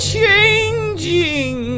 changing